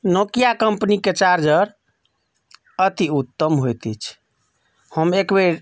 Nokia कम्पनीके charger अतिउत्तम होइत अछि हम एकबेर